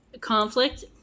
conflict